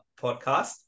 podcast